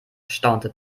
staunte